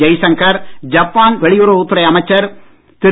Jaishankar Japan வெளியுறவுத் துறை அமைச்சர் திரு